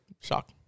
shock